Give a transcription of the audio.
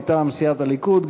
מטעם סיעת הליכוד.